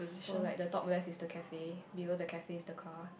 so like the dog left is the cafe before the cafe is the car